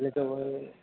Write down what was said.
याच्यामध्ये